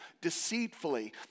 deceitfully